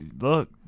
look